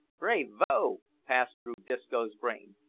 brayvo! passed through disco's brain,